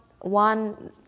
one